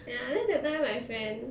ya then that time my friend